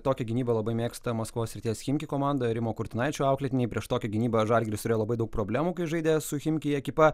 tokią gynybą labai mėgsta maskvos srities chimki komanda ir rimo kurtinaičio auklėtiniai prieš tokią gynybą žalgiris turėjo labai daug problemų kai žaidė su chimki ekipa